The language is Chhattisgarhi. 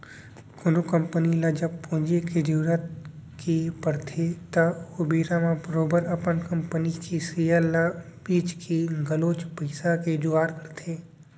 कोनो कंपनी ल जब पूंजी के जरुरत के पड़थे त ओ बेरा म बरोबर अपन कंपनी के सेयर ल बेंच के घलौक पइसा के जुगाड़ करथे